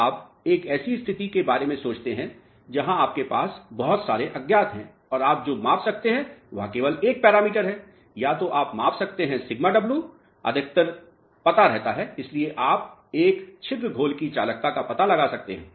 तो आप एक ऐसी स्थिति के बारे में सोचते हैं जहां आपके पास बहुत सारे अज्ञात हैं और आप जो माप सकते हैं वह केवल एक पैरामीटर है या तो आप माप सकते हैं σw अधिकतर पता रहता है इसलिए आप एक छिद्र घोल की चालकता का पता लगा सकते हैं